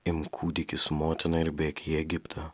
imk kūdikį su motina ir bėk į egiptą